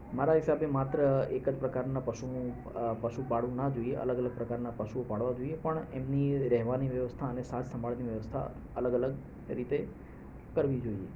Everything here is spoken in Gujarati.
મારા હિસાબે માત્ર એક જ પ્રકારનાં પશુ પશુ પાળવું ના જોઈએ અલગ અલગ પ્રકારનાં પશુઓ પાળવા જોઈએ પણ એમની રહેવાની વ્યવસ્થા અને સાર સંભાળની વ્યવસ્થા અલગ અલગ રીતે કરવી જોઈએ